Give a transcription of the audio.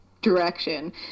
direction